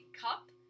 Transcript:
cup